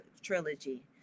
trilogy